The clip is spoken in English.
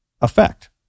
effect